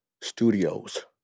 studios